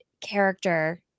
character